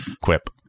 quip